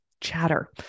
chatter